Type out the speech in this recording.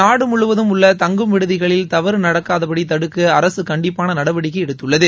நாடு முழுவதும் உள்ள தங்கும் விடுதிகளில் தவறு நடக்காதபடி தடுக்க அரசு கண்டிப்பான நடவடிக்கை எடுத்துள்ளது